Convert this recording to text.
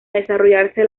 desarrollarse